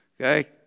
okay